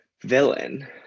Villain